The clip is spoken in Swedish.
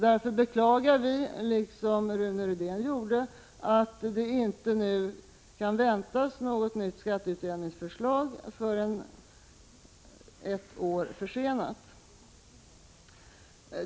Därför beklagar vi — liksom Rune Rydén gjorde — att vi inte nu kan vänta oss något nytt skatteutjämningsförslag förrän ett år försenat.